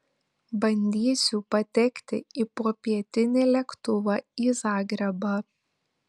bandysiu patekti į popietinį lėktuvą į zagrebą